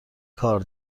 کار